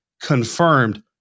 confirmed